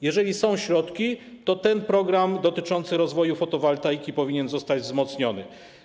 Jeżeli są środki, to ten program dotyczący rozwoju fotowoltaiki powinien zostać wzmocniony.